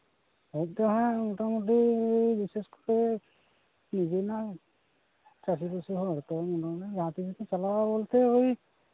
ᱦᱮᱡᱽ ᱫᱚ ᱦᱮᱸ ᱢᱳᱴᱟᱢᱩᱴᱤ ᱵᱤᱥᱮᱥ ᱠᱟᱭᱛᱮ ᱡᱩᱫᱤ ᱱᱟ ᱪᱟᱹᱥᱤᱵᱟᱹᱥᱤ ᱦᱚᱲ ᱛᱳ ᱢᱳᱴᱟᱢᱩᱴᱤ ᱡᱟᱦᱟᱸ ᱛᱤᱸᱥ ᱜᱮᱠᱚ ᱪᱟᱞᱟᱜᱼᱟ ᱵᱚᱞᱛᱮ